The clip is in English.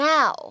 Now